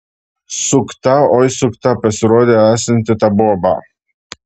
sukta oi sukta pasirodė esanti ta boba